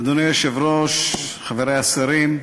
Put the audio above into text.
אדוני היושב-ראש, חברי השרים,